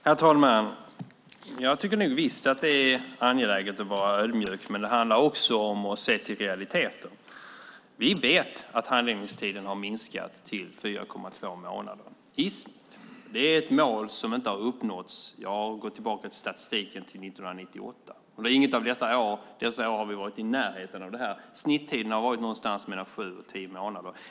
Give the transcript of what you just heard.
Herr talman! Jag tycker visst att det är angeläget att vara ödmjuk, men det handlar också om att se till realiteten. Vi vet att handläggningstiden har minskat till 4,2 månader. Visst, det är ett mål som inte har uppnåtts - jag har gått tillbaka till statistiken - sedan 1998. Dessförinnan har vi inte varit i närheten av det här. Snittiden har varit någonstans mellan sju och tio månader.